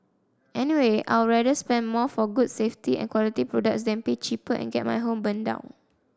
anyway I'd rather spend more for good safety and quality products than pay cheaper and get my home burnt down